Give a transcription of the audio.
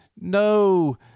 No